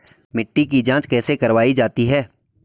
मिट्टी की जाँच कैसे करवायी जाती है?